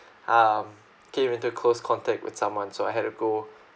um came into close contact with someone so I had to go